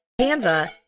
Canva